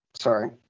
sorry